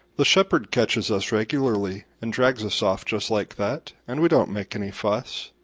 the shepherd catches us regularly and drags us off just like that, and we don't make any fuss.